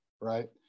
right